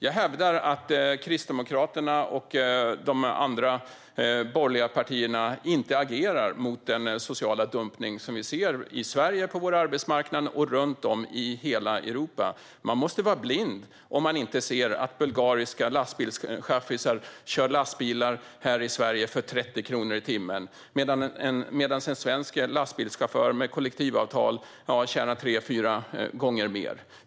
Jag hävdar att Kristdemokraterna och de andra borgerliga partierna inte agerar mot den sociala dumpning som vi ser på vår arbetsmarknad i Sverige och runt om i hela Europa. Man måste vara blind om man inte ser att bulgariska lastbilschaffisar kör lastbil här i Sverige för 30 kronor i timmen, medan en svensk lastbilschaufför med kollektivavtal tjänar tre fyra gånger mer.